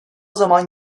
zaman